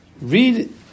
read